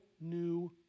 new